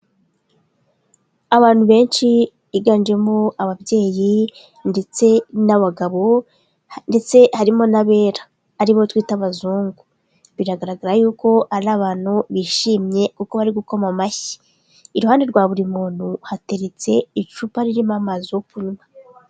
Abantu benshi biganjemo ababyeyi ndetse n'abagabo ndetse harimo n'abera aribo twita abazungu, biragaragara yuko ari abantu bishimye kuko bari gukoma amashyi, iruhande rwa buri muntu hateretse icupa ririmo amazi yo kunywa.